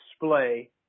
display